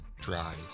dries